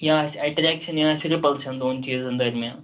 یا آسہِ اَٹریٚکشَن یا آسہِ رِپَلشَن دۅن چیٖزَن درمیان